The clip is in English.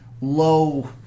low –